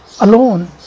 alone